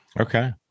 Okay